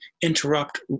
interrupt